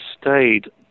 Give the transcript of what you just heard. stayed